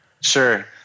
Sure